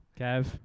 Kev